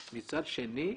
מצד שני,